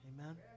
Amen